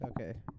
Okay